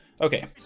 Okay